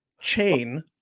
chain